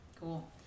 Cool